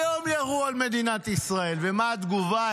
היום ירו על מדינת ישראל, ומה התגובה?